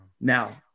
Now